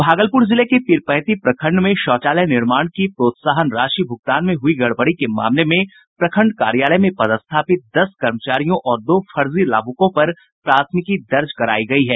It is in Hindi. भागलपूर जिले के पीरपैती प्रखंड में शौचालय निर्माण की प्रोत्साहन राशि भूगतान में हुई गडबड़ी के मामले में प्रखंड कार्यालय में पदस्थापित दस कर्मचारियों और दो फर्जी लाभुकों पर प्राथमिकी दर्ज कराई गई है